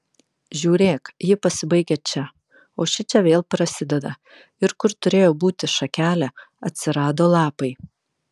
žiūrėk ji pasibaigia čia o šičia vėl prasideda ir kur turėjo būti šakelė atsirado lapai